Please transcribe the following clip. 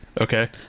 Okay